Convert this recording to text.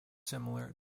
similar